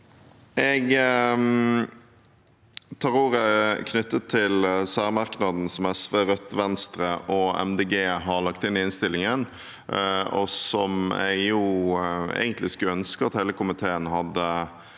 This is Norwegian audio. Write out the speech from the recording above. Jeg tar ordet knyttet til særmerknaden som SV, Rødt, Venstre og Miljøpartiet De Grønne har lagt inn i innstillingen, som jeg egentlig skulle ønske at hele komiteen hadde